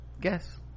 guess